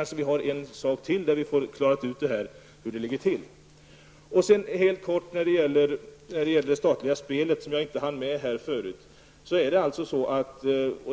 Så i all korthet några ord om det statliga spelet, som jag inte hann beröra tidigare.